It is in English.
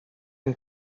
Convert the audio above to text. and